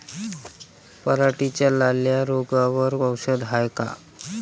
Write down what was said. पराटीच्या लाल्या रोगावर औषध हाये का?